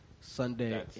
Sunday